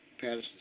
Patterson